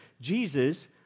jesus